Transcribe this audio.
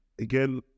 again